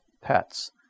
pets